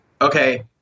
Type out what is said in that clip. okay